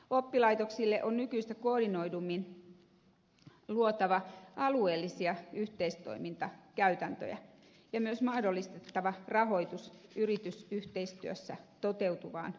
oppilaitoksille on nykyistä koordinoidummin luotava alueellisia yhteistoimintakäytäntöjä ja myös mahdollistettava rahoitus yritysyhteistyössä toteutuvaan tutkimustoimintaan